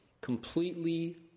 completely